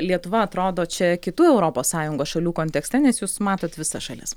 lietuva atrodo čia kitų europos sąjungos šalių kontekste nes jūs matot visas šalis